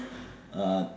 uh